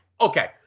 Okay